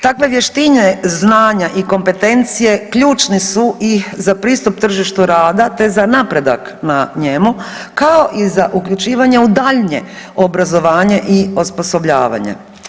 Takve vještine, znanja i kompetencije ključne su i za pristup tržištu rada, te za napredak na njemu kao i za uključivanje u daljnje obrazovanje i osposobljavanje.